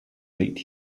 right